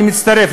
אני מצטרף,